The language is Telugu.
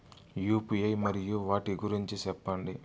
యు.పి.ఐ మరియు వాటి గురించి సెప్పండి?